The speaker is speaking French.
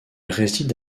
réside